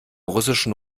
russischen